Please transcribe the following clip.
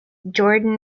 jordan